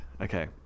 Okay